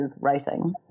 writing